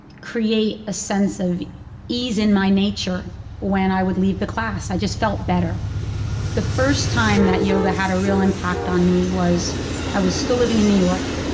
create a sense of ease in my nature when i would leave the class. i just felt better the first time that yoga had a real impact on me was i was still living in new york.